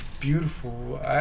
beautiful